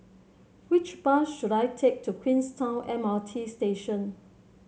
which bus should I take to Queenstown M R T Station